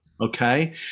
okay